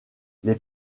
les